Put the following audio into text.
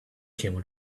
camel